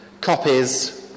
copies